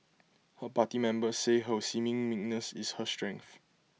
her party members say her seeming meekness is her strength